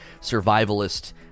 survivalist